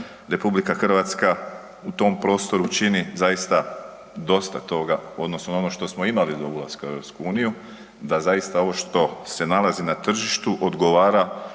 Mislim da RH u tom prostoru čini zaista dosta toga u odnosu na ono što imali do ulaska u EU, da zaista ovo što se nalazi na tržištu odgovara